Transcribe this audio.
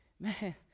Man